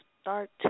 start